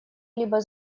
либо